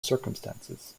circumstances